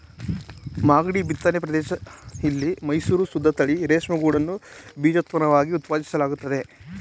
ಮಾಗ್ಡಿ ಬಿತ್ತನೆ ಪ್ರದೇಶ ಇಲ್ಲಿ ಮೈಸೂರು ಶುದ್ದತಳಿ ರೇಷ್ಮೆಗೂಡನ್ನು ಬೀಜೋತ್ಪಾದನೆಗೆ ಉತ್ಪಾದಿಸಲಾಗ್ತಿದೆ